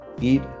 eat